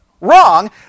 Wrong